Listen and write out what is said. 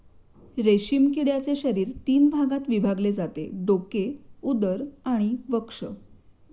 रेशीम किड्याचे शरीर तीन भागात विभागले जाते डोके, उदर आणि वक्ष